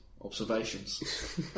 observations